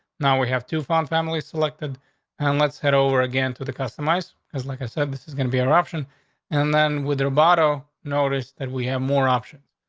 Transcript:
now we have to fund families selected on and let's head over again. to the customized is like i said, this is gonna be eruption and then with roboto, noticed that we have more options.